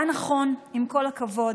היה נכון, עם כל הכבוד,